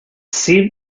seemed